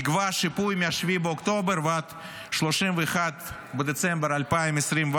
נקבע שיפוי מ-7 באוקטובר ועד 31 בדצמבר 2024,